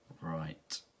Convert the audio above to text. Right